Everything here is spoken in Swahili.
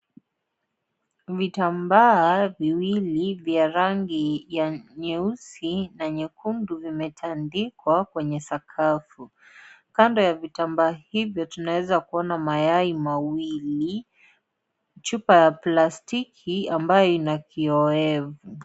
Vitambaa viwili vya rangi ya nyeusi na nyekundu, vimetandikwa kwenye sakafu. Kando ya vitambaa hivyo, tunaweza kuona mayai mawili, chupa ya plastiki ambayo ina kiowevu.